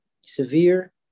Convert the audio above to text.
severe